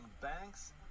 banks